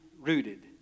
rooted